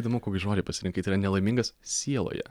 įdomu kokį žodį pasirinkai nelaimingas sieloje